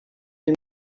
del